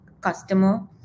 customer